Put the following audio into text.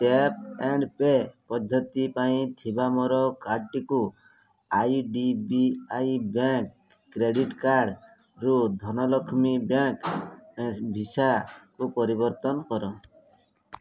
tap and pay ପଦ୍ଧତି ପାଇଁ ଥିବା ମୋର କାର୍ଡ଼୍ଟିକୁ I D B I bank credit କାର୍ଡ଼୍ରୁ ଧନଲକ୍ଷ୍ମୀ ବ୍ୟାଙ୍କ୍ ଭିସାକୁ ପରିବର୍ତ୍ତନ କର